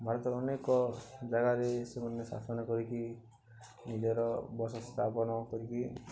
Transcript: ଭାରତର ଅନେକ ଜାଗାରେ ସେମାନେ ଶାସନ କରିକି ନିଜର ବସତି ସ୍ଥାପନ କରିକି